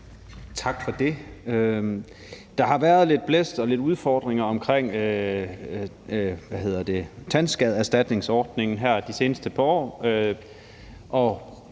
Tak for det. Der har været lidt blæst og lidt udfordringer omkring tandskadeerstatningsordningen her de seneste par år,